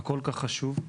הכול כך חשוב.